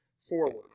forward